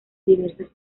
diversas